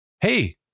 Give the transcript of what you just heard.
hey